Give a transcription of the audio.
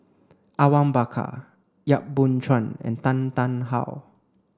Awang Bakar Yap Boon Chuan and Tan Tarn How